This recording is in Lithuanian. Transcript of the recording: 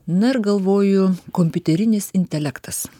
na ir galvoju kompiuterinis intelektas